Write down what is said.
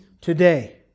today